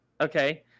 okay